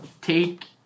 take